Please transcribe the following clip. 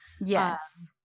Yes